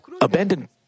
abandoned